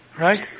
Right